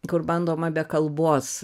kur bandoma be kalbos